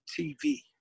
tv